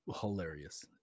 hilarious